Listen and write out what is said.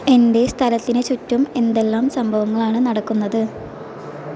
എന്റെ സ്ഥലത്തിനു ചുറ്റും എന്തെല്ലാം സംഭവങ്ങളാണ് നടക്കുന്നത്